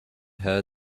her